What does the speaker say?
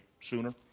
sooner